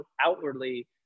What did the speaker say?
outwardly